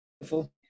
beautiful